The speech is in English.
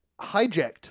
hijacked